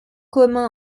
commun